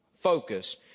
focus